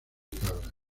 cabra